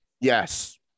Yes